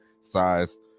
size